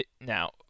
Now